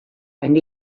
and